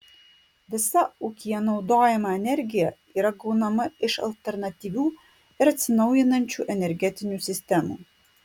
visa ūkyje naudojama energija yra gaunama iš alternatyvių ir atsinaujinančių energetinių sistemų